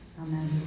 Amen